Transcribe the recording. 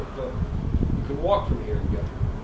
but you can walk from here and get,